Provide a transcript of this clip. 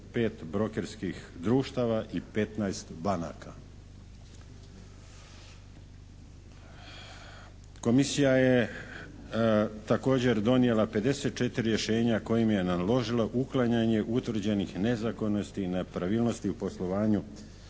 25 brokerskih društava i 15 banaka. Komisija je također donijela 54 rješenja kojima je naložila uklanjanje utvrđenih nezakonitosti i nepravilnosti u poslovanju